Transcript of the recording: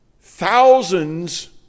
Thousands